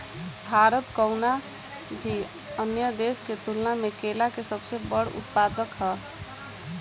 भारत कउनों भी अन्य देश के तुलना में केला के सबसे बड़ उत्पादक ह